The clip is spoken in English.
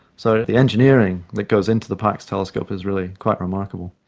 so the engineering that goes into the parkes telescope is really quite remarkable.